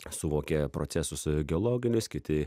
suvokia procesus geologinius kiti